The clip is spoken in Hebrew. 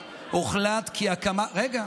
הוחלט, רגע.